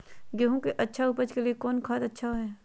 गेंहू के अच्छा ऊपज के लिए कौन खाद अच्छा हाय?